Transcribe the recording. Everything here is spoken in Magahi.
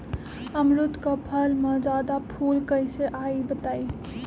अमरुद क फल म जादा फूल कईसे आई बताई?